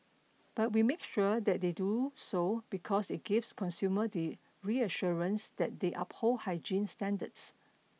but we make sure that they do so because it gives consumers the reassurance that they uphold hygiene standards